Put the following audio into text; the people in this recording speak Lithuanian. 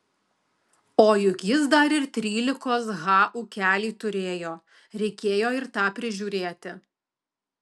o juk jis dar ir trylikos ha ūkelį turėjo reikėjo ir tą prižiūrėti